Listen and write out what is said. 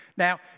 Now